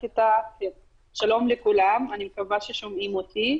מקווה ששומעים אותי.